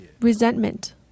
resentment